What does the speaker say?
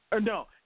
No